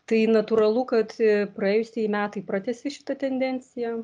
tai natūralu kad praėjusieji metai pratęsė šitą tendenciją